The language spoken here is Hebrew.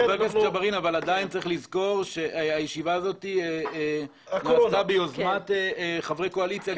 עדיין צריך לזכור שהישיבה הזאת מתקיימת גם ביוזמת חברי קואליציה,